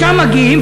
משם מגיעים,